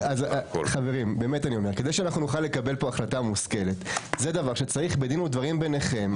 כדי שנוכל לקבל פה החלטה מושכלת זה דבר שצריך בדין ודברים ביניהם,